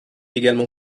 également